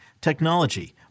technology